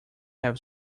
have